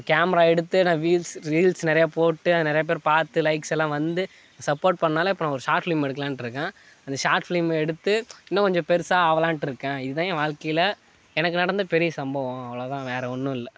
இப்போ கேமரா எடுத்து நான் வீல்ஸ் ரீல்ஸ் நிறையா போட்டு அதை நிறையா பேர் பார்த்து லைக்ஸ் எல்லாம் வந்து சப்போர்ட் பண்ணாலே இப்போ ஒரு ஷார்ட் ஃபிலிம் எடுக்கலாம்ன்ட்டு இருக்கேன் அந்த ஷார்ட் ஃபிலிம் எடுத்து இன்னும் கொஞ்சம் பெருசாக ஆகலான்ட்டு இருக்கேன் இதான் என் வாழ்க்கையில் எனக்கு நடந்த பெரிய சம்பவம் அவ்வளோ தான் வேற ஒன்னும் இல்லை